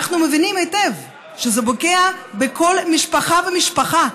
אנחנו מבינים היטב שזה פוגע בכל משפחה ומשפחה,